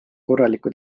korralikku